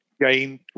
gain